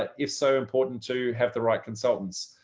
ah if so important to have the right consultants?